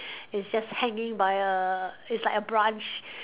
it's just hanging by a it's like a brunch